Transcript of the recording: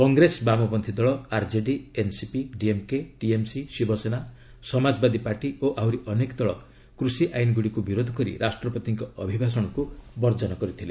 କଂଗ୍ରେସ ବାମପନ୍ଥୀଦଳ ଅର୍କେଡି NCP DMK TMC Shiv Sena Samajwadi party ଓ ଆହୁରି ଅନେକ ଦଳ କୃଷିଆଇନ୍ଗୁଡ଼ିକୁ ବିରୋଧ କରି ରାଷ୍ଟ୍ରପତିଙ୍କ ଅଭିଭାଷଣକୁ ବର୍ଜନ କରିଥିଲେ